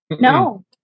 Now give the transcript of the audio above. no